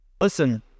Listen